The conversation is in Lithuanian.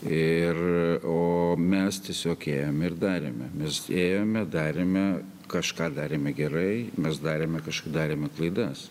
ir o mes tiesiog ėjome ir darėme mes ėjome darėme kažką darėme gerai mes darėme kaž darėme klaidas